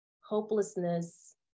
hopelessness